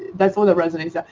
that's one that resonates. yeah